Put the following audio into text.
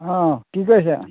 অঁ কি কৰিছে